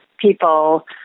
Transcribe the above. people